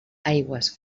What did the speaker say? aigües